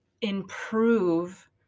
improve